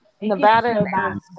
Nevada